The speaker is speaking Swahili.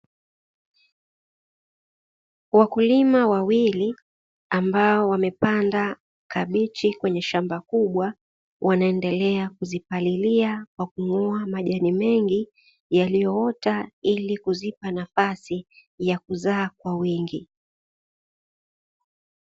Wakulima wawili ambao wamepanda kabichi kwenye shamba kubwa wanaendelea kuzipalilia kwa kung'oa majani mengi yaliyoota ili kuzipa nafasi ya kuzaa kwa wingi.